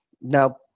now